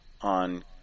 on